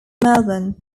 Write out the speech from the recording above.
melbourne